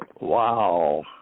Wow